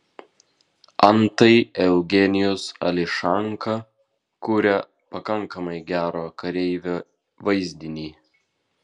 antai eugenijus ališanka kuria pakankamai gero kareivio vaizdinį